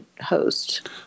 host